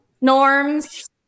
norms